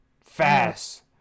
fast